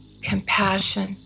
compassion